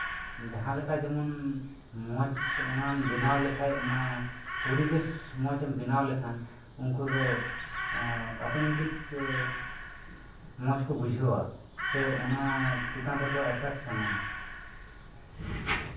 ᱡᱟᱦᱟᱸᱞᱮᱠᱟ ᱡᱮᱢᱚᱱ ᱢᱚᱸᱡᱽ ᱚᱱᱟᱢ ᱵᱮᱱᱟᱣ ᱞᱮᱠᱷᱟᱱ ᱚᱱᱟ ᱯᱚᱨᱤᱵᱮᱥ ᱢᱚᱡᱮᱢ ᱵᱮᱱᱟᱣ ᱞᱮᱠᱷᱟᱱ ᱩᱱᱠᱩ ᱫᱚ ᱚᱴᱳᱢᱮᱴᱤᱠ ᱢᱚᱸᱡᱽ ᱠᱚ ᱵᱩᱡᱷᱟᱹᱣᱟ ᱥᱮ ᱚᱱᱟ ᱪᱮᱛᱟᱱ ᱨᱮᱠᱚ ᱮᱴᱨᱟᱠᱥᱮᱱᱚᱜᱼᱟ